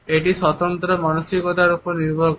এটি স্বতন্ত্র মানসিকতার উপর নির্ভর করে